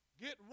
get